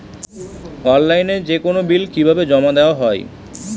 অনলাইনে যেকোনো বিল কিভাবে জমা দেওয়া হয়?